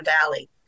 Valley